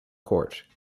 court